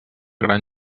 gran